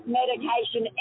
medication